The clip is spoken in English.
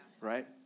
right